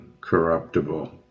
corruptible